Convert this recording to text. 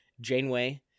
Janeway